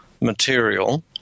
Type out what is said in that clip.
material